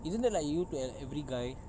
isn't that like you to ev~ every guy